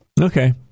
Okay